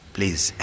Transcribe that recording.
Please